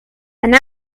and